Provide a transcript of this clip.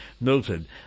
noted